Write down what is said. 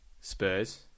Spurs